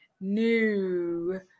new